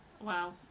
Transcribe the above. Wow